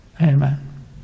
amen